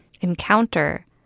Encounter